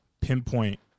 pinpoint